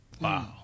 Wow